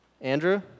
Andrew